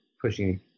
pushing